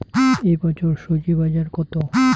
এ বছর স্বজি বাজার কত?